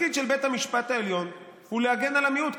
התפקיד של בית המשפט העליון הוא להגן על המיעוט,